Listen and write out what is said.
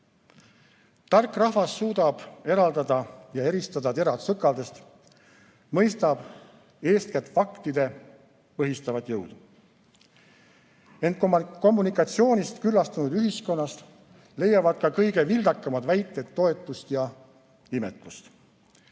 Tark rahvas suudab eraldada terad sõkaldest, mõistab eeskätt faktide põhistavat jõudu. Ent kommunikatsioonist küllastunud ühiskonnas leiavad ka kõige vildakamad väited toetust ja imetlust.